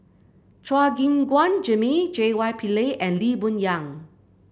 Chua Gim Guan Jimmy J Y Pillay and Lee Boon Yang